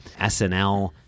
SNL